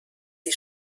sie